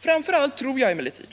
Framför allt tror jag emellertid